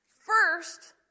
First